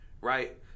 right